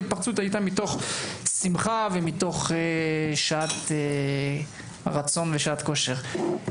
ההתפרצות היתה מתוך שמחה ומתוך שעת רצון ושעת כושר.